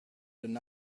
deny